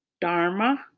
Dharma